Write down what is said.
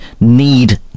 need